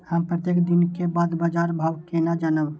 हम प्रत्येक दिन के बाद बाजार भाव केना जानब?